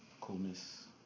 coolness